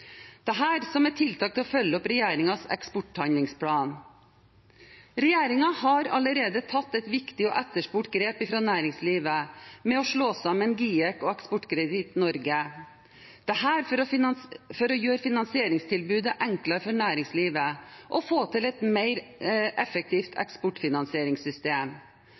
som et tiltak for å følge opp regjeringens eksporthandlingsplan. Regjeringen har allerede tatt et viktig og etterspurt grep fra næringslivet ved å slå sammen GIEK og Eksportkreditt Norge, dette for å gjøre finansieringstilbudet enklere for næringslivet og få til et mer effektivt eksportfinansieringssystem.